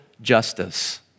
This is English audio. justice